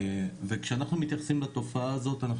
וכשאנחנו מתייחסים לתופעה הזאת אנחנו